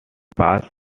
past